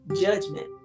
judgment